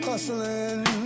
Hustling